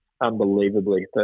unbelievably